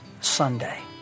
Sunday